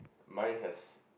might has